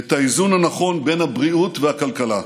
את האיזון הנכון בין הבריאות לכלכלה.